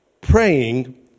praying